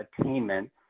attainment